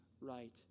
right